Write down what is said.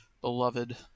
beloved